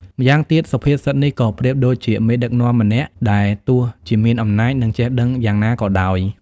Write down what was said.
ម្យ៉ាងទៀត សុភាសិតនេះក៏ប្រៀបដូចជា មេដឹកនាំម្នាក់ ដែលទោះជាមានអំណាច និងចេះដឹងយ៉ាងណាក៏ដោយ។